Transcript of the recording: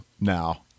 now